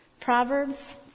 Proverbs